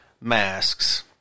Masks